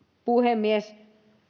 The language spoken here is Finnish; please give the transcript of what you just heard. puhemies